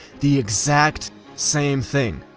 the exact same thing.